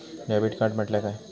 Debit card म्हटल्या काय?